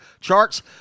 charts